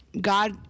God